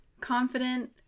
confident